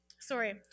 sorry